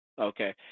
okay